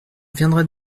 viendrai